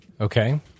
Okay